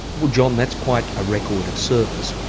well john that's quite a record of service.